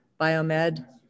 Biomed